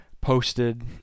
posted